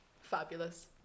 Fabulous